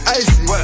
icy